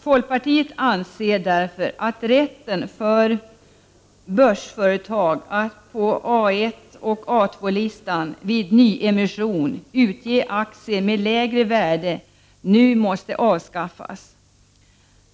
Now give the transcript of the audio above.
Folkpartiet anser därför att rätten för börsföretag att på A1 och A2-listan vid nyemission utge aktier med lägre värde nu måste avskaffas.